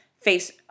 face